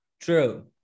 true